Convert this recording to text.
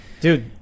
Dude